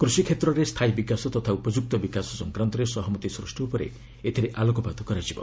କୃଷିକ୍ଷେତ୍ରରେ ସ୍ଥାୟୀ ତଥା ଉପଯୁକ୍ତ ବିକାଶ ସଂକ୍ରାନ୍ତରେ ସହମତି ସୃଷ୍ଟି ଉପରେ ଏଥିରେ ଆଲୋକପାତ କରାଯିବ